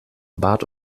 bat